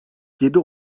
yedi